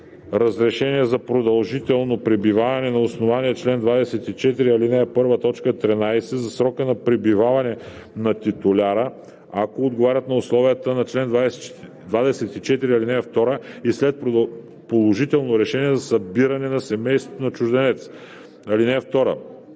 разрешение за продължително пребиваване на основание чл. 24, ал. 1, т. 13 за срока на пребиваване на титуляра, ако отговарят на условията на чл. 24, ал. 2 и след положително решение за събиране на семейство на чужденец.